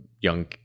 young